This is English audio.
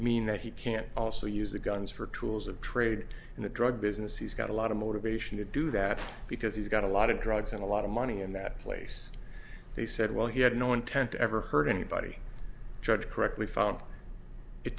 mean that he can't also use the guns for tools of trade in the drug business he's got a lot of motivation to do that because he's got a lot of drugs and a lot of money in that place they said well he had no intent to ever hurt anybody judge correctly found it